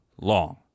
long